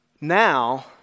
Now